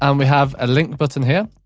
um we have a link button here,